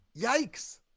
Yikes